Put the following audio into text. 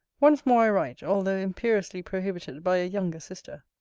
once more i write, although imperiously prohibited by a younger sister.